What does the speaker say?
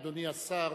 אדוני השר